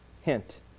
Hint